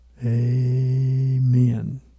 Amen